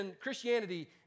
Christianity